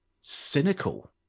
cynical